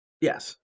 Yes